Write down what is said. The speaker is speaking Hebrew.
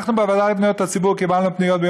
אנחנו בוועדה לפניות הציבור קיבלנו פניות.